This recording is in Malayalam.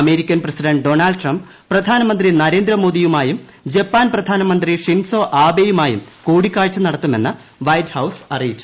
അമേരിക്കൻ പ്രസിഡന്റ് ഡോണൾഡ് ട്രംപ് പ്രധാനമന്ത്രി നരേന്ദ്രമോദിയുമായും ജപ്പാൻ പ്രധാനമന്ത്രി ഷിൻസോ ആബേയുമായും കൂടിക്കാഴ്ച നടത്തുമെന്ന് വൈറ്റ് ഹൌസ് അറിയിച്ചു